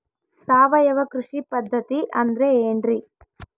ಸಾವಯವ ಕೃಷಿ ಪದ್ಧತಿ ಅಂದ್ರೆ ಏನ್ರಿ?